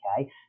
okay